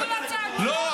--- לא,